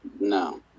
No